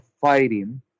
fighting